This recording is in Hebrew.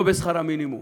לא בשכר המינימום